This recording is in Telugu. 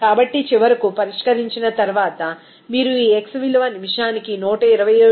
కాబట్టి చివరకు పరిష్కరించిన తర్వాత మీరు ఈ x విలువ నిమిషానికి 127